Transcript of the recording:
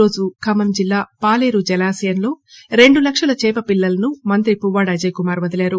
ఈ రోజు ఖమ్మం జిల్లా పాలేరు జలాశయంలో రెండు లక్షల చేప పిల్లలను మంత్రి పువ్వాడ అజయ్ కుమార్ వదిలారు